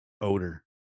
odor